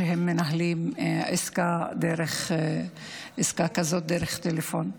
כשהם מנהלים עסקה כזאת דרך הטלפון.